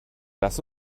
lass